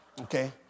Okay